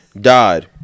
Died